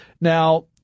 Now